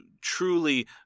truly